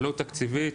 ""עלות תקציבית"